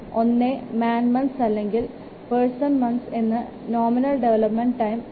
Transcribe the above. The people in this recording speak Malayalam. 1 മാൻ മ്ന്ത്സ് അല്ലെങ്കിൽ പേർസൺ മന്ത്സ് എന്നും നോമിനൽ ഡെവലപ്മെൻറ് ടൈം 8